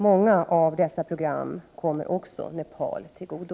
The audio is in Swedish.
Många av dessa program kommer också Nepal till godo.